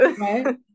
right